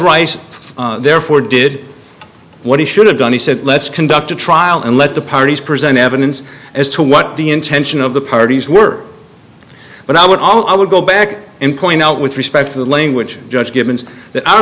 rice therefore did what he should have done he said let's conduct a trial and let the parties present evidence as to what the intention of the parties were but i would all i would go back and point out with respect to the language judge given that our